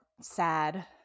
sad